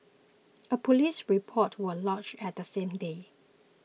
a police report was lodged that same day